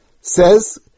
says